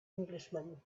englishman